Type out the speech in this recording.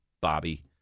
Bobby